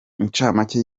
incamake